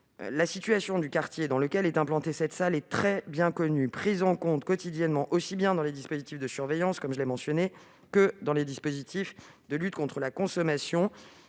la situation du quartier dans lequel est implantée cette salle est particulièrement bien connue et prise en compte quotidiennement, aussi bien dans les dispositifs de surveillance du secteur que dans les dispositifs de lutte contre la consommation